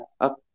up